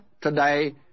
today